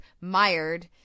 mired